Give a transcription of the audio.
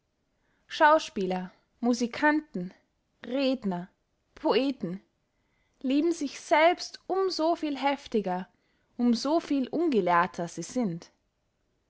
schauspieler musicanten redner poeten lieben sich selbst um so viel heftiger um so viel ungelehrter sie sind